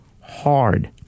hard